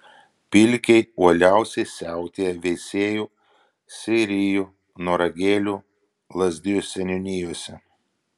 pilkiai uoliausiai siautėja veisiejų seirijų noragėlių lazdijų seniūnijose